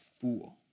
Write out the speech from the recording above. fool